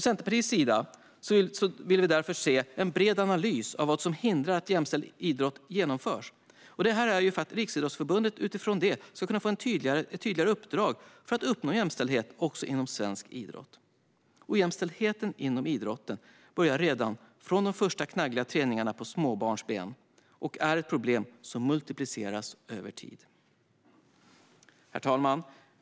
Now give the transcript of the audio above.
Centerpartiet vill därför se en bred analys av vad som hindrar att jämställd idrott genomförs. Det är för att Riksidrottsförbundet utifrån detta ska få ett tydligare uppdrag för att uppnå jämställdhet också inom svensk idrott. Ojämställdheten inom idrotten börjar redan på de första knaggliga träningarna på småbarnsben och är ett problem som multipliceras över tid. Herr talman!